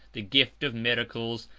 the gift of miracles,